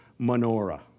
menorah